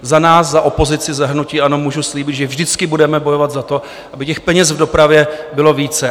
Za nás, za opozici, za hnutí ANO, můžu slíbit, že vždycky budeme bojovat za to, aby těch peněz v dopravě bylo více.